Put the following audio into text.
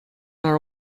our